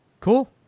cool